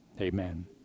amen